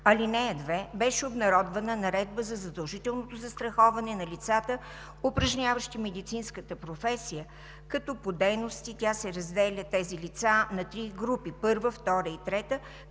ал. 2 беше обнародвана Наредба за задължителното застраховане на лицата, упражняващи медицинска професия, като по дейности тя разделя тези лица на три групи – първа, втора и трета,